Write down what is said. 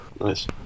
Nice